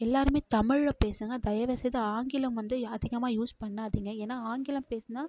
எல்லாேருமே தமிழில் பேசுங்க தயவுசெய்து ஆங்கிலம் வந்து அதிகமாக யூஸ் பண்ணாதீங்க ஏன்னால் ஆங்கிலம் பேசுனால்